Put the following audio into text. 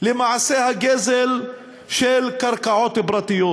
למעשה הגזל של קרקעות פרטיות,